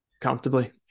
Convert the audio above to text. comfortably